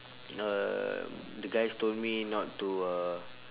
um the guys told me not to uh